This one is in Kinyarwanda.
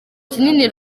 kinini